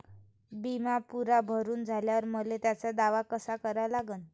बिमा पुरा भरून झाल्यावर मले त्याचा दावा कसा करा लागन?